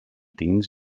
tints